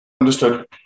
Understood